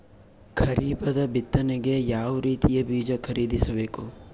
ಖರೀಪದ ಬಿತ್ತನೆಗೆ ಯಾವ್ ರೀತಿಯ ಬೀಜ ಖರೀದಿಸ ಬೇಕು?